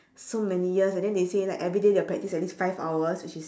so many years and then they say like everyday their practice at least five hours which is